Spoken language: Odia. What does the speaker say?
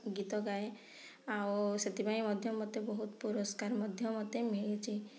ଗୀତ ଗାଏ ଆଉ ସେଥିପାଇଁ ମଧ୍ୟ ମୋତେ ବହୁତ ପୁରସ୍କାର ମଧ୍ୟ ମୋତେ ମିଳିଛି